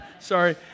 Sorry